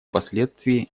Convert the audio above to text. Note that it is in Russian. последствий